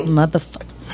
motherfucker